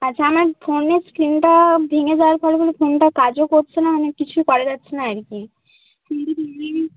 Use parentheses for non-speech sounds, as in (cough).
আচ্ছা আমার ফোনের স্ক্রিনটা ভেঙে যাওয়ার ফলে কোনো ফোনটা কাজও করছে না মানে কিছু করা যাচ্ছে না আর কি (unintelligible) যদি (unintelligible)